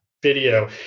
video